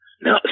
No